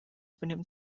benimmt